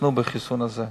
חוסנו בחיסון הזה,